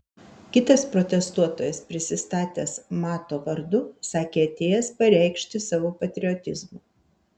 kitas protestuotojas prisistatęs mato vardu sakė atėjęs pareikšti savo patriotizmo